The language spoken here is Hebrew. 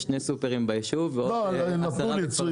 יש 2 סופרים בישוב ועוד 10 בכפר סבא.